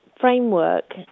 framework